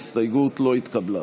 ההסתייגות לא התקבלה.